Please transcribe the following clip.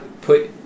put